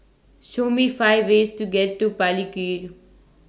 Show Me five ways to get to Palikir